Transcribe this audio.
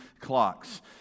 clocks